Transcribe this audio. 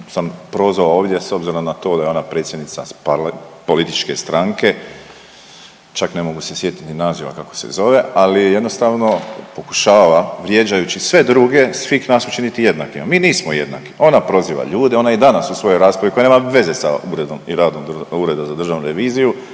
sam prozvao ovdje s obzirom na to da je ona predsjednica političke stranke. Čak ne mogu se sjetiti ni naziva kako se zove, ali jednostavno pokušava vrijeđajući sve druge, svih nas učiniti jednakima. Mi nismo jednaki. Ona proziva ljude, ona i danas u svojoj raspravi koja nema veze sa uredom i radom Ureda za državnu reviziju